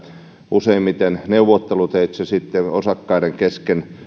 useimmiten neuvotteluteitse osakkaiden kesken